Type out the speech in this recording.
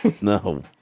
no